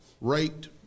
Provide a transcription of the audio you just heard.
raped